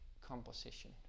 composition